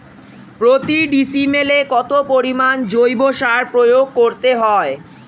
প্রতি ডিসিমেলে কত পরিমাণ জৈব সার প্রয়োগ করতে হয়?